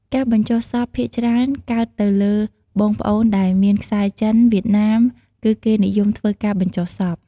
ការបញ្ចុះសពភាគច្រើនកើតទៅលើបងប្អូនដែលមានខ្សែរចិន វៀតណាម គឺគេនិយមធ្វើការបញ្ចុះសព។